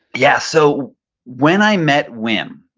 yeah, so when i met wim,